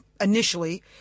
initially